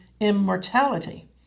immortality